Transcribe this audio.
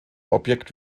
objekt